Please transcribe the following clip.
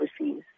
overseas